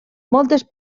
moltes